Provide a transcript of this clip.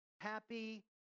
Happy